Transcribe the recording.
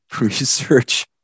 research